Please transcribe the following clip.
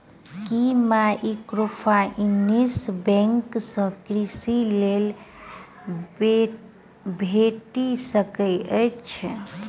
की microfinance bank सँ कृषि loan भेटि सकैत अछि?